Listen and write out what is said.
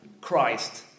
Christ